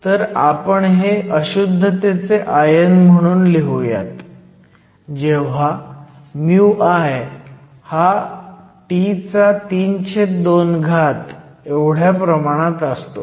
तर आपण हे अशुद्धतेचे आयन म्हणून लिहुयात जेव्हा μI हा T32 च्या प्रमाणात असतो